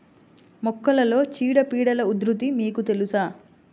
మొక్కలలో చీడపీడల ఉధృతి మీకు తెలుసా?